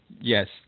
Yes